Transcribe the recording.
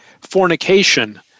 fornication